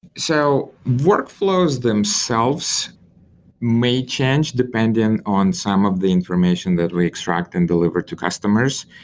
so, workflows themselves may change depending on some of the information that we extract and delivery to customers.